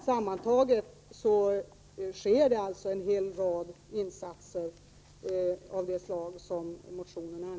Sammantaget görs alltså en hel del insatser av det slag som anges i motionen.